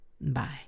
Bye